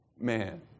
Man